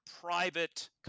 private